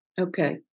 Okay